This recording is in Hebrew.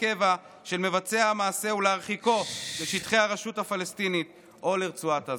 קבע של מבצע המעשה ולהרחיקו לשטחי הרשות הפלסטינית או לרצועת עזה.